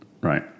Right